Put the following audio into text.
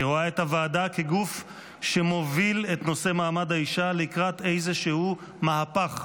אני רואה את הוועדה כגוף שמוביל את נושא מעמד האישה לקראת איזשהו מהפך.